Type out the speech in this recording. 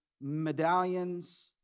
medallions